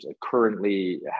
currently